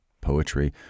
poetry